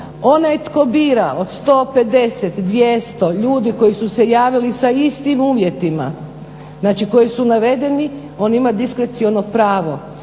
Onaj tko bira od 150, 200 ljudi koji su se javili sa istim uvjetima, znači koji su navedeni on ima diskreciono pravo,